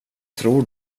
tror